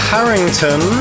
Harrington